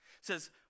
says